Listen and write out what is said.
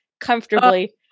comfortably